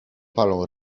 palą